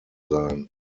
sein